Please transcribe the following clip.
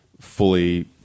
fully